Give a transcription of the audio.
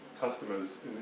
customers